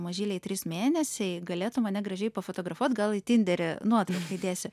mažyliai trys mėnesiai galėtų mane gražiai pafotografuot gal į tinderį nuotrauką įdėsiu